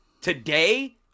today